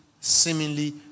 seemingly